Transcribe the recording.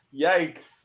yikes